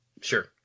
Sure